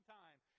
time